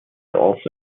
also